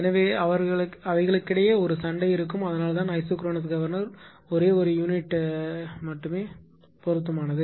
எனவே அவர்களிடையே ஒரு சண்டை இருக்கும் அதனால்தான் ஐசோக்ரோனஸ் கவர்னர் ஒரே ஒரு யூனிட் உரிமைக்கு மட்டுமே பொருத்தமானது